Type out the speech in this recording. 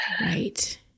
Right